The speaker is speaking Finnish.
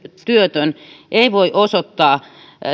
työtön ei voi osoittaa